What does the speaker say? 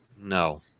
No